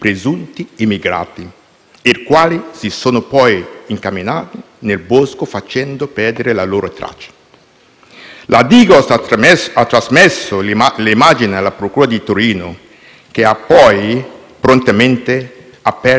i quali si sono poi incamminati nel bosco facendo perdere le loro tracce; la Digos ha trasmesso le immagini alla Procura di Torino, che ha prontamente aperto un fascicolo;